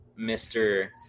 Mr